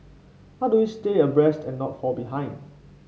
how do we stay abreast and not fall behind